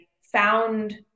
found